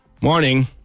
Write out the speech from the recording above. morning